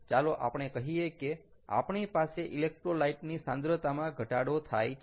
ચાલો આપણે કહીએ કે આપણી પાસે ઇલેક્ટ્રોલાઈટ ની સાંદ્રતામાં ઘટાડો થાય છે